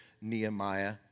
Nehemiah